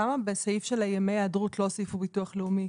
למה בסעיף של ימי ההיעדרות לא הוסיפו ביטוח לאומי?